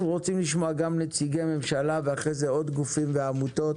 אנחנו רוצים לשמוע גם נציגי ממשלה ואחרי זה עוד גופים ועמותות.